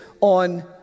on